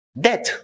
death